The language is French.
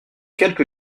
quelques